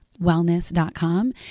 wellness.com